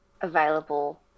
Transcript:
available